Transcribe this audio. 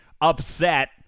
upset